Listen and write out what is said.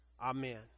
Amen